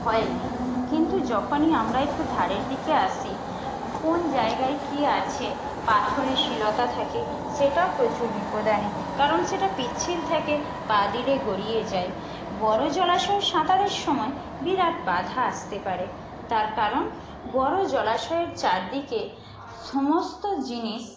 ভয় নেই কিন্তু যখনই আমরা একটু ধারের দিকে আসি কোন জায়গায় কী আছে পাথরের শিলতা থাকে সেটা প্রচুর বিপদ আনে কারণ সেটা পিচ্ছিল থাকে পা দিলে গড়িয়ে যায় বড়ো জলাশয়ে সাঁতারের সময় বিরাট বাধা আসতে পারে তার কারণ বড়ো জলাশয়ের চারদিকে সমস্ত জিনিস